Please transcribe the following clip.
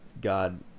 God